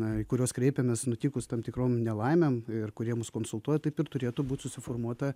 į kuriuos kreipėmės nutikus tam tikrom nelaimėm ir kurie mus konsultuoja taip ir turėtų būt susiformuota